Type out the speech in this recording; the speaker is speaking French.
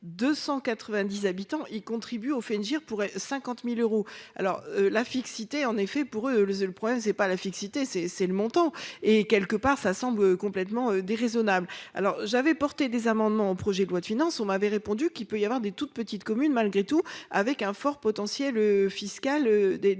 290 habitants y contribue au fait dire pour 50.000 euros alors la fixité en effet pour eux, le seul problème, c'est pas la fixité c'est c'est le montant et quelque part, ça semble complètement déraisonnable. Alors j'avais porté des amendements au projet de loi de finances, on m'avait répondu qu'il peut y avoir des toutes petites communes. Malgré tout, avec un fort potentiel fiscal des